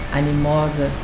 animosa